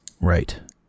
Right